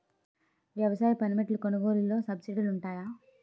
వ్యవసాయ పనిముట్లు కొనుగోలు లొ సబ్సిడీ లు వుంటాయా?